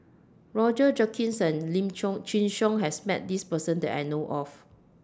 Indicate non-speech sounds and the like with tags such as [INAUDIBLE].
Roger Jenkins and Lim [UNINTELLIGIBLE] Chin Siong has Met This Person that I know of